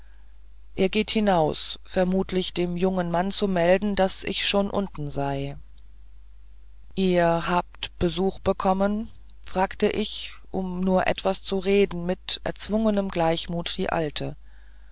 er geht hinaus vermutlich dem jungen mann zu melden daß ich schon unten sei ihr habt besuch bekommen fragte ich um nur etwas zu reden mit erzwungenem gleichmut die alte